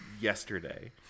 yesterday